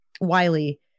wiley